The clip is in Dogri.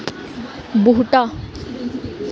बूह्टा